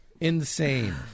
Insane